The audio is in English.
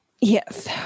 Yes